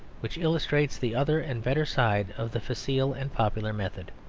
which illustrates the other and better side of the facile and popular method.